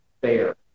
fair